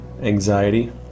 anxiety